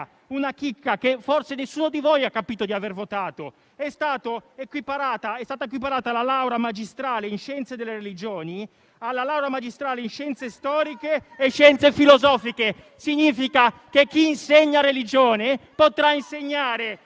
una chicca, che forse nessuno di voi ha capito di aver votato. La laurea magistrale in scienze delle religioni è stata equiparata alla laurea magistrale in scienze storiche e scienze filosofiche. Significa che chi insegna religione potrà insegnare